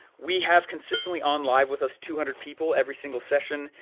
we have consistently on live with us, two hundred people every single session.